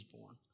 born